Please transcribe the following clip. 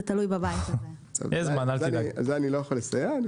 זה אני לא יכול לסייע.